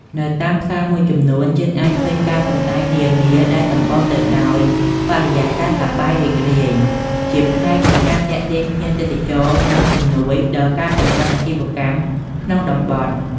នៅតាមផ្សារមួយចំនួន យើងអាចឃើញការសំដែងនានាដែលសម្បូរទៅដោយបរិយាកាសសប្បាយរីករាយ ជាផ្នែកនៃការទាក់ទាញភ្ញៀវទេសចរ និងជំនួយដល់ការពង្រឹងអាជីវកម្មក្នុងតំបន់។